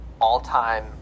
all-time